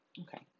Okay